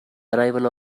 arrival